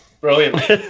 brilliant